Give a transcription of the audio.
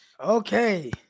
Okay